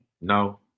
No